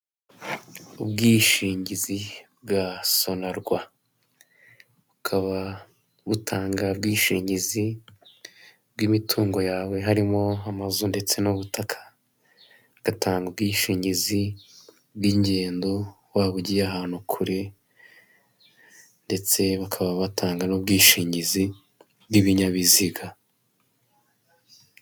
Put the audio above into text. Ubwishingizi bwa sonarwa bukaba butanga ubwishingizi bw'imitungo yawe, harimo amazu ndetse n'ubutaka. Bugatanga ubwishingizi bw'ingendo waba ugiye ahantu kure, ndetse bakaba batanga n'ubwishingizi bw'ibinyabiziga.